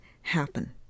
happen